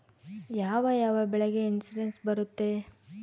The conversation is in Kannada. ಯಾವ ಯಾವ ಬೆಳೆಗೆ ಇನ್ಸುರೆನ್ಸ್ ಬರುತ್ತೆ?